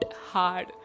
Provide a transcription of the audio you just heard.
hard